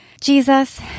Jesus